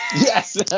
yes